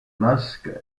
masque